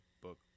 book